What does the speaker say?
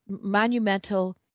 monumental